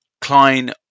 Klein